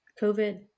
COVID